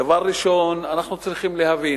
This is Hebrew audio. דבר ראשון, אנחנו צריכים להבין,